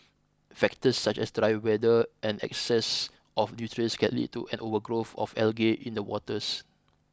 factors such as dry weather and excess of nutrients can lead to an overgrowth of algae in the waters